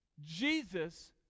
Jesus